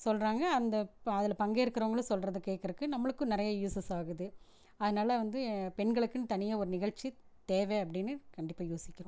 சொல்லுறாங்க அந்தப் அதில் பங்கேற்கிறவங்களும் சொல்றதை கேட்குறக்கு நம்மளுக்கும் நிறைய யூஸஸ் ஆகுது அதனால வந்து பெண்களுக்குன்னு தனியாக ஒரு நிகழ்ச்சி தேவை அப்படின்னு கண்டிப்பாக யோசிக்குறோம்